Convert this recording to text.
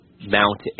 mount